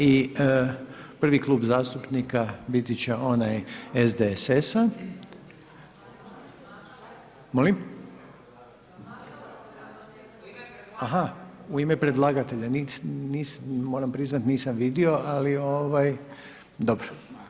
I prvi Klub zastupnika biti će onaj SDSS-a. … [[Upadica se ne čuje.]] A ha, u ime predlagatelja, moram priznati nisam vidio ali dobro.